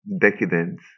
decadence